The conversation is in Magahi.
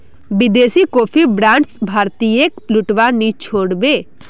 विदेशी कॉफी ब्रांड्स भारतीयेक लूटवा नी छोड़ बे